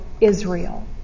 Israel